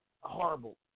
Horrible